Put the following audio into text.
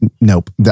nope